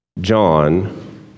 John